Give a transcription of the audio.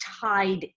tied